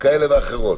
כאלה ואחרות.